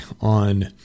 on